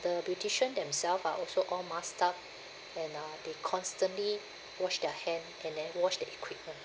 the beautician themselves are also all mask up and uh they constantly wash their hand and then wash the equipment